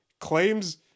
claims